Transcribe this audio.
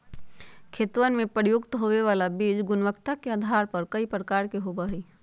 खेतवन में प्रयुक्त होवे वाला बीज गुणवत्ता के आधार पर कई प्रकार के होवा हई